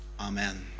Amen